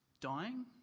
Dying